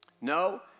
No